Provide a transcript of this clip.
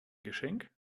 geschenk